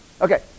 Okay